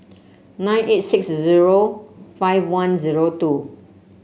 nine eight six zero five one zero two